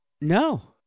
No